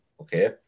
okay